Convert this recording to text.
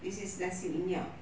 this is nasi minyak